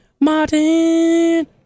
Martin